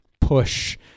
push